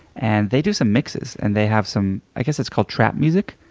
and they do some mixes. and they have some i guess it's called trap music.